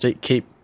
keep